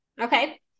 okay